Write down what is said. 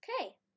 Okay